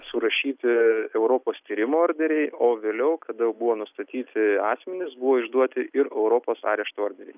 surašyti europos tyrimo orderiai o vėliau kada jau buvo nustatyti asmenys buvo išduoti ir europos arešto orderiai